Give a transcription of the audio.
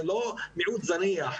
זה לא מיעוט זניח.